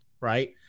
right